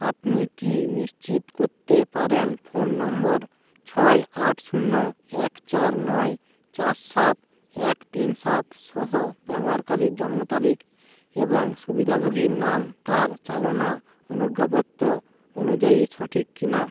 আপনি কি নিশ্চিত কোত্তে পারেন ফোন নম্বর ছয় আট শূন্য এক চার নয় চার সাত এক তিন সাত সহ ব্যবহারকারীর জন্মতারিখ এবং সুবিধাভোগীর নাম তার চালনা অনুজ্ঞাপত্র অনুযায়ী সঠিক কিনা